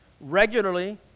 Regularly